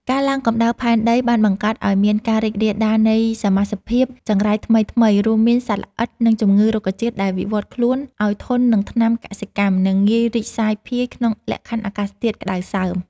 ការឡើងកម្ដៅផែនដីបានបង្កើតឱ្យមានការរីករាលដាលនៃសមាសភាពចង្រៃថ្មីៗ រួមមានសត្វល្អិត និងជំងឺរុក្ខជាតិដែលវិវត្តខ្លួនឱ្យធន់នឹងថ្នាំកសិកម្ម និងងាយរីកសាយភាយក្នុងលក្ខខណ្ឌអាកាសធាតុក្ដៅសើម។